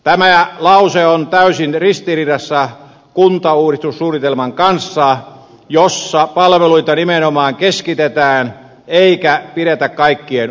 tämä lause on täysin ristiriidassa kuntauudistussuunnitelman kanssa jossa palveluita nimenomaan keskitetään eikä pidetä kaikkien ulottuvilla